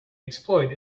exploit